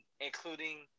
including